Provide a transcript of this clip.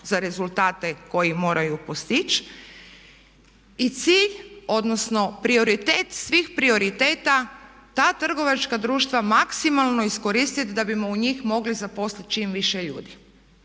za rezultate koje moraju postići i cilj odnosno prioritet svih prioriteta ta trgovačka društva maksimalno iskoristit da bismo u njih mogli zaposliti čim više ljudi.